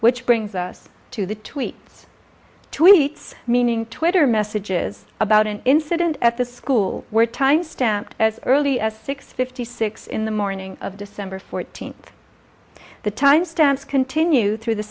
which brings us to the tweets tweets meaning twitter messages about an incident at the school where time stamped as early as six fifty six in the morning of december fourteenth the timestamps continue through the